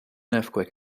earthquake